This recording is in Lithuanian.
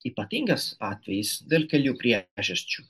ypatingas atvejis dėl kelių priežasčių